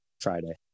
Friday